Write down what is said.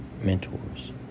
mentors